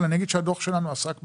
אני אגיד שהדוח שלנו עסק בזה,